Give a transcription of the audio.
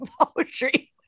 poetry